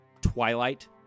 twilight